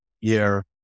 year